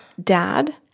Dad